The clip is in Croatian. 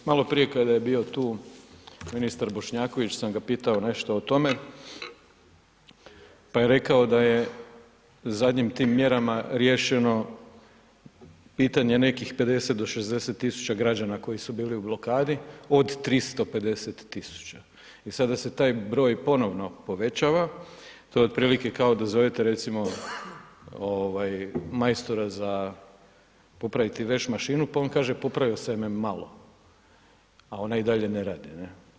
Malo prije kada je bio tu ministar Bošnjaković, sam ga pitao nešto o tome, pa je rekao da je zadnjim tim mjerama riješeno pitanje nekih 50 do 60 tisuća građana koji su bili u blokadi od 350 tisuća, i sada se taj broj ponovno povećava, to je otprilike kao da zovete recimo, ovaj, majstora za popraviti veš mašinu, pa on kaže popravio sam je malo, a ona i dalje ne radi, ne.